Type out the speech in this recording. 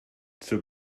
zur